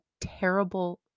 terrible